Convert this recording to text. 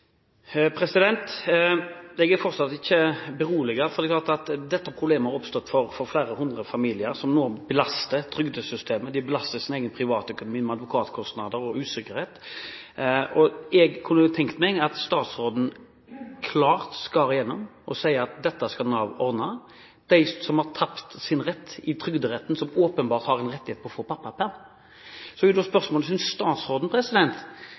Jeg er fortsatt ikke beroliget, for dette problemet har oppstått for flere hundre familier, som nå belaster trygdesystemet. De belaster sin egen privatøkonomi med advokatkostnader og usikkerhet. Jeg kunne tenkt meg at statsråden klart skar igjennom og sa at dette skal Nav ordne for dem som har tapt sin rett i Trygderetten, og som åpenbart har en rettighet på pappaperm. Så er da spørsmålet: Synes statsråden dette er